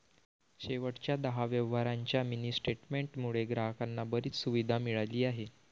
शेवटच्या दहा व्यवहारांच्या मिनी स्टेटमेंट मुळे ग्राहकांना बरीच सुविधा मिळाली आहे